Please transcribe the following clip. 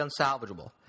unsalvageable